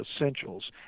Essentials